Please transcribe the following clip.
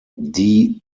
die